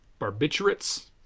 Barbiturates